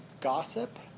gossip